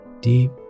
deep